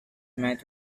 met